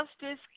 Justice